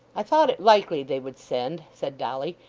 i thought it likely they would send said dolly,